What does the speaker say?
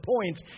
points